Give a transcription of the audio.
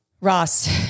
Ross